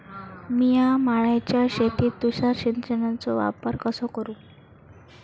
मिया माळ्याच्या शेतीत तुषार सिंचनचो वापर कसो करू?